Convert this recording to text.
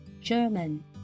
German